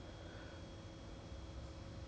this is a drama or movie